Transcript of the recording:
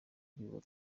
aho